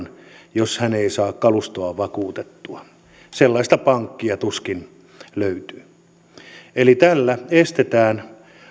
jos hän ei saa kalustoaan vakuutettua sellaista pankkia tuskin löytyy eli tällä estetään